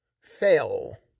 fail